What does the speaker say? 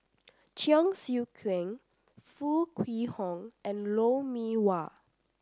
Cheong Siew Keong Foo Kwee Horng and Lou Mee Wah